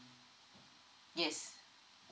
yes